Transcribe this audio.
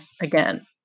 again